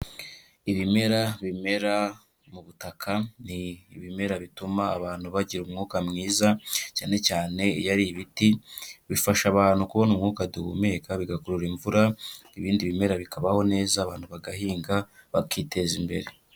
Ibimera bimera mu butaka, ni ibimera bituma abantu bagira umwuka mwiza, cyane cyane iyo ari ibiti, bifasha abantu kubona umwuka duhumeka, bigakurura imvura, ibindi bimera bikabaho neza, abantu bagahinga, bakiteza imbere.